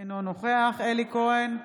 אינו נוכח אלי כהן,